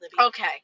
Okay